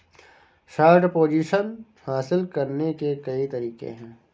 short position हासिल करने के कई तरीके हैं